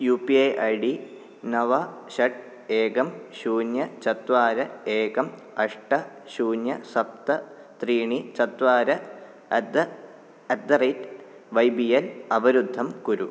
you P I I D नव षट् एकं शून्यं चत्वारि एकम् अष्ट शून्यं सप्त त्रीणि चत्वारि at the at the rate Y B L अवरुद्धं कुरु